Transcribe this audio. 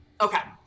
Okay